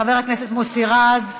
חבר הכנסת מוסי רז,